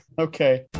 okay